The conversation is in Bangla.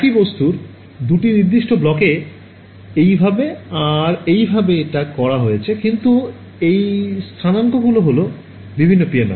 একই বস্তুর দুটি নির্দিষ্ট ব্লকে এইভাবে আর এইভাবে এটা করা হয়েছে কিন্তু এই স্থানাঙ্ক গুলো হল বিভিন্ন PML